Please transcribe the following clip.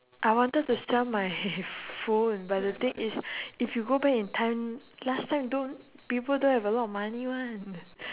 I wanted to sell my phone but the thing is if you go back in time last time don't people don't have a lot of money [one]